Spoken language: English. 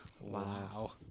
Wow